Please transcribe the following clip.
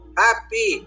happy